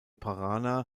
paraná